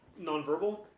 nonverbal